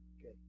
Okay